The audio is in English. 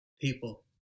people